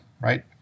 right